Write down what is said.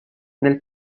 nel